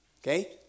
Okay